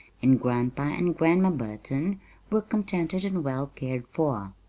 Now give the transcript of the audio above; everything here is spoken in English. and grandpa and grandma burton were contented and well cared for.